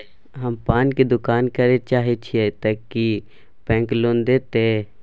हम पान के दुकान करे चाहे छिये ते की बैंक लोन देतै?